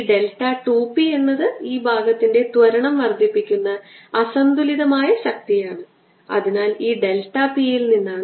ചുവന്ന ഉപരിതലത്തിൽ ഞാൻ നിർമ്മിക്കുന്ന പുറംഭാഗത്ത് ഏരിയ വെക്റ്റർ പോസിറ്റീവ് r ദിശയിലാണ്